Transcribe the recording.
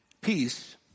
Peace